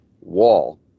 wall